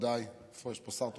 מכובדיי, איפה יש פה שר תורן?